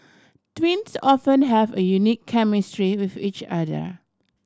twins often have a unique chemistry with each other